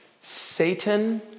Satan